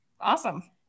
awesome